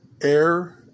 air